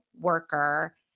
worker